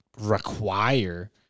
require